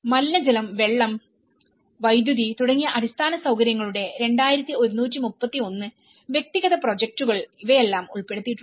മലിനജലം വെള്ളം വൈദ്യുതി തുടങ്ങിയ അടിസ്ഥാന സൌകര്യങ്ങളുടെ 2131 വ്യക്തിഗത പ്രോജക്ടുകൾ ഇവയെല്ലാം ഉൾപ്പെടുത്തിയിട്ടുണ്ട്